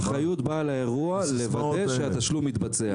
זה באחריות בעל האירוע לוודא שהתשלום מתבצע.